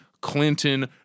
Clinton